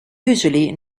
usually